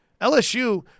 LSU